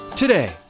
Today